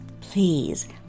please